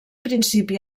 principi